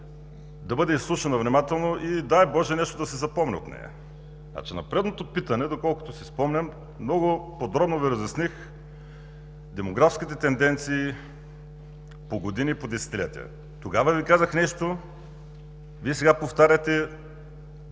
да бъде изслушана внимателно, и дай боже нещо да се запомни от нея. На предното питане, доколкото си спомням, много подробно Ви разясних демографските тенденции по години и по десетилетия. Тогава Ви казах нещо, Вие сега повтаряте.